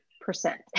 percent